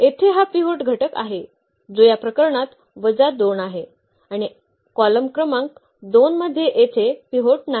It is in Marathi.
तर येथे हा पिव्होट घटक आहे जो या प्रकरणात वजा 2 आहे आणि कॉलम क्रमांक दोन मध्ये येथे पिव्होट नाही